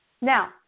Now